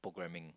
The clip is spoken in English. programming